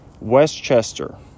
Westchester